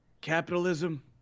Capitalism